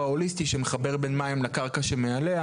הוליסטי שמחבר בין מים לקרקע שמעליה.